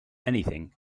anything